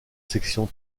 section